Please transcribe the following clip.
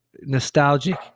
nostalgic